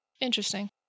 Interesting